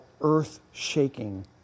earth-shaking